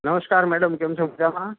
નમસ્કાર મૅડમ કેમ છો મજામાં